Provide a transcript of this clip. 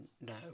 No